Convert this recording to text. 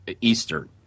Eastern